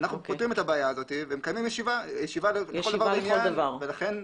אנחנו פותרים את הבעיה הזאת ומקיימים ישיבה לכל דבר ועניין.